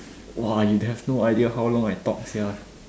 !wah! you have no idea how long I talk sia